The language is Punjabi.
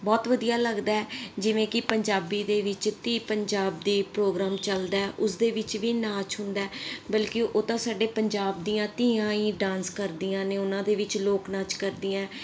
ਬਹੁਤ ਵਧੀਆ ਲੱਗਦਾ ਜਿਵੇਂ ਕਿ ਪੰਜਾਬੀ ਦੇ ਵਿੱਚ ਧੀ ਪੰਜਾਬ ਦੀ ਪ੍ਰੋਗਰਾਮ ਚੱਲਦਾ ਉਸਦੇ ਵਿੱਚ ਵੀ ਨਾਚ ਹੁੰਦਾ ਬਲਕਿ ਉਹ ਤਾਂ ਸਾਡੇ ਪੰਜਾਬ ਦੀਆਂ ਧੀਆਂ ਹੀ ਡਾਂਸ ਕਰਦੀਆਂ ਨੇ ਉਹਨਾਂ ਦੇ ਵਿੱਚ ਲੋਕ ਨਾਚ ਕਰਦੀਆਂ